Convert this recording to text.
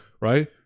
right